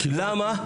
למה?